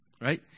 right